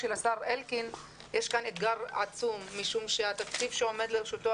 שלשר אלקין יש כאן אתגר עצום משום שהתקציב שעומד לרשותו